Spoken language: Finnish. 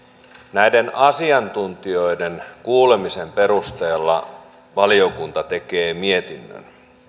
näiden asiantuntijoiden kuulemisen perusteella valiokunta tekee mietinnön